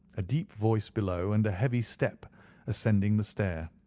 a deep voice below, and heavy steps ascending the stair.